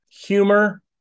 humor